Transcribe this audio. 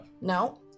No